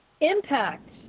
Impact